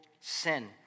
sin